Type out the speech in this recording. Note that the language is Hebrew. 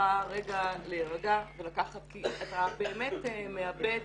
--- אתה באמת מאבד